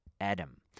Adam